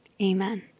amen